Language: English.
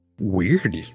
weird